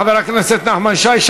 חבר הכנסת נחמן שי,